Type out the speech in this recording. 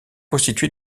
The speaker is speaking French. constitué